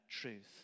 truth